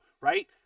right